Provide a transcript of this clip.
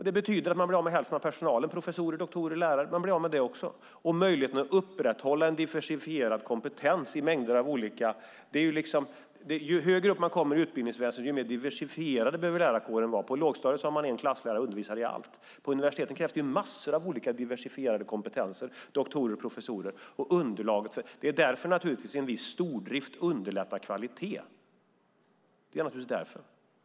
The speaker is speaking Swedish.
Det betyder att man blir av med hälften av personalen - professorer, doktorer, lärare - och möjligheten att upprätthålla en diversifierad kompetens i mängder av ämnen. Ju högre upp vi kommer i utbildningsväsendet, desto mer diversifierad behöver lärarkåren vara. På lågstadiet undervisar en klasslärare i allt. På universiteten krävs många diversifierade kompetenser - doktorer och professorer. Det är därför en viss stordrift underlättar för kvaliteten.